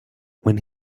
when